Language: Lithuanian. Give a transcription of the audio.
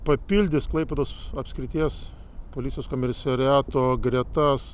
papildys klaipėdos apskrities policijos komisariato gretas